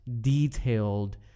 detailed